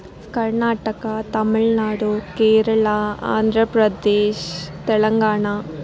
Karnataka Tamil Nadu Kerala Andhra Pradesh Telangana